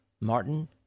Martin